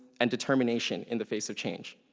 and determination in the face of change.